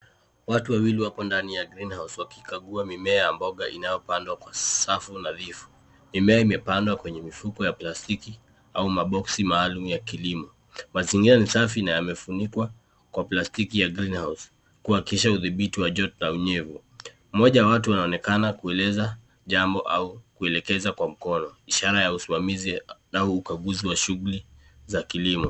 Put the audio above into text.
Watu wawili wako ndani ya greenhouse wakikagua mimea ya mboga inayopandwa Kwa safu nadhifu. Mimea imepandwa kwenye mifuko ya plastiki au maboksi maalum ya kilimo. Mazingira ni safi na yamefunikwa kwa plastiki ya greenhouse kuhakikishisha udhibiti wa joto na unyevu. Mmoja wa watu anaonekana kuuliza jambo au kuelekeza kwa mkono ishara ya usimamizi au ukaguzi wa shunguli za kilimo.